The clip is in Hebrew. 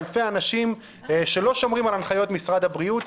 אלפי אנשים שלא שומרים על הנחיות משרד הבריאות.